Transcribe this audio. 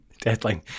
deadline